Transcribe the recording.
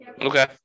Okay